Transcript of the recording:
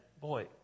boy